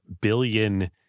billion